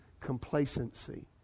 complacency